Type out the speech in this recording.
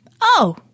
Oh